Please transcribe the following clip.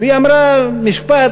והיא אמרה משפט